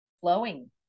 flowing